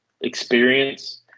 experience